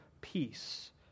peace